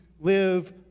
live